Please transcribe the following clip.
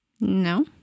No